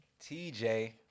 TJ